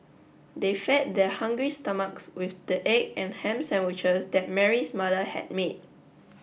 they fed their hungry stomachs with the egg and ham sandwiches that Mary's mother had made